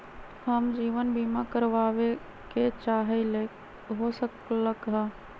हम जीवन बीमा कारवाबे के चाहईले, हो सकलक ह?